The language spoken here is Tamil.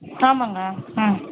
ஆமாங்க ம்